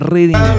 Reading